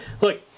Look